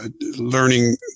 learning